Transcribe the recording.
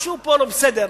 משהו פה לא בסדר.